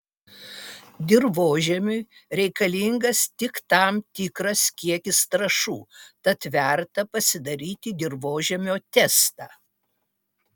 dirvožemiui reikalingas tik tam tikras kiekis trąšų tad verta pasidaryti dirvožemio testą